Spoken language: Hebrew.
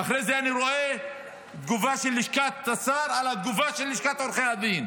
ואחרי זה אני רואה תגובה של לשכת השר על התגובה של לשכת עורכי הדין,